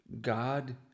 God